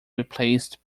replaced